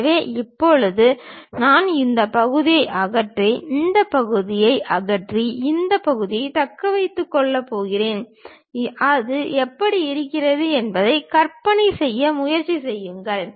எனவே இப்போது நான் இந்த பகுதியை அகற்றி இந்த பகுதியை அகற்றி இந்த பகுதியை தக்க வைத்துக் கொள்ளலாம் அது எப்படி இருக்கிறது என்பதைக் கற்பனை செய்ய முயற்சி செய்யுங்கள்